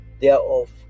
thereof